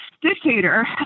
dictator